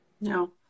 No